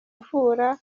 uvura